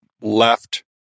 left